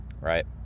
Right